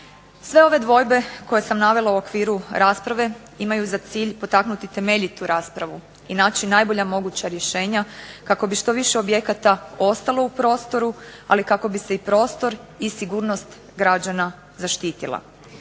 Sve ove dvojbe koje sam navela u okviru rasprave, imaju za cilj potaknuti temeljitu raspravu, i naći najbolja moguća rješenja, kako bi što više objekata ostalo u prostoru, ali kako bi se i prostor i sigurnost građana zaštitila.